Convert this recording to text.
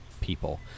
people